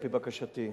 על-פי בקשתי,